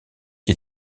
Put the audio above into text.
qui